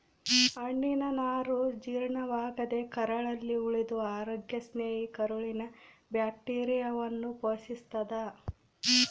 ಹಣ್ಣಿನನಾರು ಜೀರ್ಣವಾಗದೇ ಕರಳಲ್ಲಿ ಉಳಿದು ಅರೋಗ್ಯ ಸ್ನೇಹಿ ಕರುಳಿನ ಬ್ಯಾಕ್ಟೀರಿಯಾವನ್ನು ಪೋಶಿಸ್ತಾದ